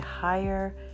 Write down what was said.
higher